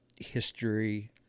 history